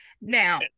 now